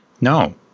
No